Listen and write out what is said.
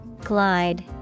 Glide